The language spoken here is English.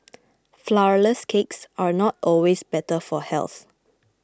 Flourless Cakes are not always better for health